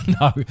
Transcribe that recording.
no